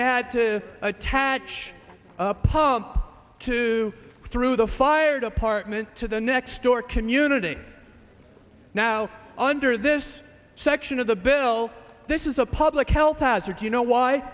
they had to attach the pump to through the fire department to the next door community now under this section of the bill this is a public health hazard you know why